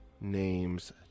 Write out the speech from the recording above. names